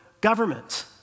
government